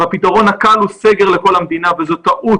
הפתרון הקל הוא סגר לכל המדינה וזו טעות.